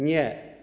Nie.